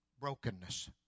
brokenness